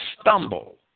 stumble